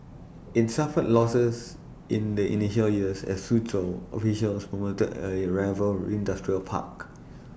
IT suffered losses in the initial years as Suzhou officials promoted A rival industrial park